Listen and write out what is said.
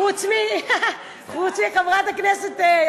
אתם מדברים על מה שנוח לכם.